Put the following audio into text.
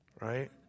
right